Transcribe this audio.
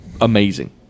amazing